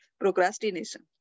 procrastination